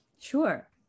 Sure